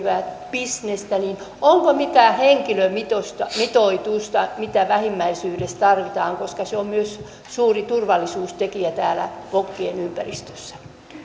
bisnestä onko mitään henkilömitoitusta mitä vähimmillään tarvitaan koska se on myös suuri turvallisuustekijä täällä vokien ympäristössä